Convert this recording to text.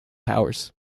powers